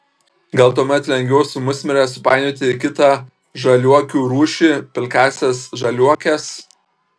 gal tuomet lengviau su musmire supainioti kitą žaliuokių rūšį pilkąsias žaliuokes